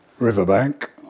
riverbank